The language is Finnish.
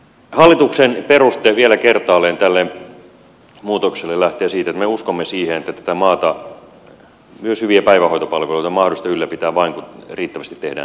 hallituksen peruste vielä kertaalleen tälle muutokselle lähtee siitä että me uskomme siihen että tätä maata myös hyviä päivähoitopalveluita on mahdollista ylläpitää vain kun riittävästi tehdään työtä